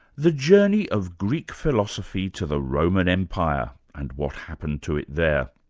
the journey of greek philosophy to the roman empire and what happened to it there.